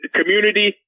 community